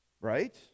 right